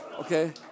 Okay